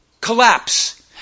collapse